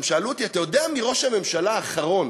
הם אמרו: אתה יודע מי ראש הממשלה האחרון